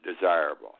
desirable